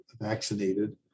vaccinated